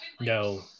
no